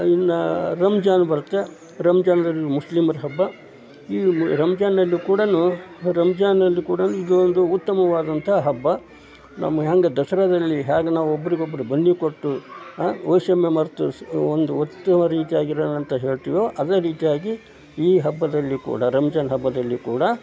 ಇನ್ನೂ ರಂಜಾನ್ ಬರುತ್ತೆ ರಂಜಾನ್ ಮುಸ್ಲಿಮರ ಹಬ್ಬ ಈ ರಂಜಾನಲ್ಲೂ ಕೂಡ ರಂಜಾನಲ್ಲೂ ಕೂಡ ಇದು ಇದು ಉತ್ತಮವಾದಂತಹ ಹಬ್ಬ ನಮ್ಮ ಹೆಂಗೆ ದಸರಾದಲ್ಲಿ ಹ್ಯಾಗ ನಾವು ಒಬ್ರಿಗೊಬ್ರು ಬನ್ನಿ ಕೊಟ್ಟು ವೈಶಮ್ಯ ಮರೆತು ಒಂದು ಉತ್ತಮ ರೀತಿಯಾಗಿ ಇರೋಣ ಅಂತ ಹೇಳ್ತೀವೋ ಅದೇ ರೀತಿಯಾಗಿ ಈ ಹಬ್ಬದಲ್ಲಿ ಕೂಡ ರಂಜಾನ್ ಹಬ್ಬದಲ್ಲಿ ಕೂಡ